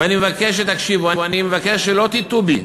ואני מבקש שתקשיבו, אני מבקש שלא תטעו בי,